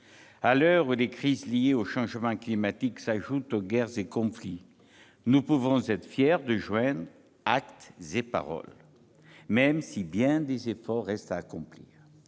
À l'heure où les crises liées au changement climatique s'ajoutent aux guerres et conflits, nous pouvons être fiers de joindre actes et paroles, même si bien des efforts restent à accomplir.